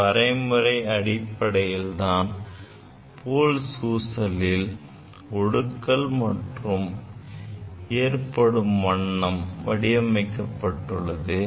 இந்த வரையறை அடிப்படையில்தான் Pohls ஊசலில் ஒடுக்கல் ஏற்படும் வண்ணம் வடிவமைக்கப்பட்டுள்ளது